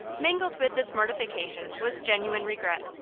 mingled with this mortification was genuine regret,